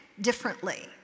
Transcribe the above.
differently